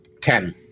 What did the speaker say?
Ten